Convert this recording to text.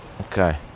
Okay